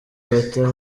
bata